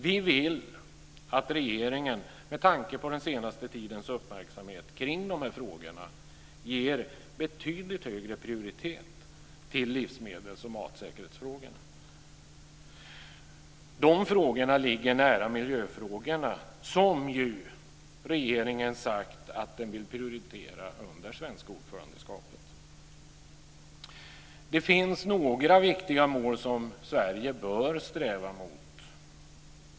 Vi vill att regeringen med tanke på den senaste tidens uppmärksamhet omkring de här frågorna ger betydligt högre prioritet till livsmedelsoch matsäkerhetsfrågor. De frågorna ligger nära miljöfrågorna, som ju regeringen sagt att den vill prioritera under det svenska ordförandeskapet. De finns några viktiga mål som Sverige bör sträva efter.